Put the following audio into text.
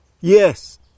Yes